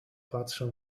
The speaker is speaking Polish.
patrzą